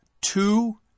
two